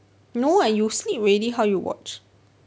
no you sleep already how you watch